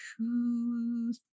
two